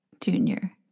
Junior